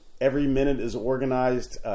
every-minute-is-organized